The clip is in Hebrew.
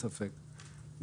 ספק,